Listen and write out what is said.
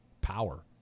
power